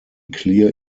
clear